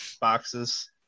boxes